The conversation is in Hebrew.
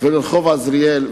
ולרחוב עזריאל,